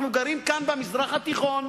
אנחנו גרים כאן, במזרח התיכון,